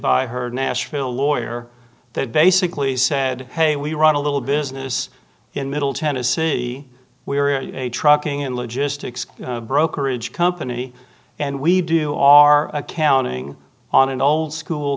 by her nashville lawyer that basically said hey we run a little business in middle tennessee we are a trucking and logistics brokerage company and we do our accounting on an old school